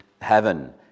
heaven